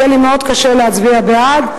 יהיה לי מאוד קשה להצביע בעד,